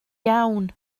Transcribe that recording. iawn